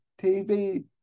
TV